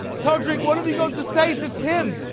todrick, what have you got to say to tim?